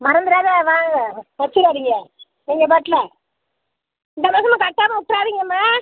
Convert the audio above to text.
மறந்துடாத வாங்க வைச்சுராதீங்க நீங்கள் பாட்டில் இந்த மாதமும் கட்டாமல் விட்றாதீங்கம்மா